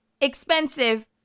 expensive